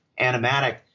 animatic